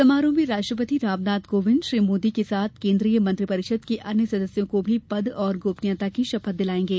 समारोह में राष्ट्रपति रामनाथ कोविंद श्री मोदी के साथ केंद्रीय मंत्रिपरिषद के अन्य सदस्यों को भी पद और गोपनीयता की शपथ दिलाएंगे